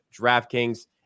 DraftKings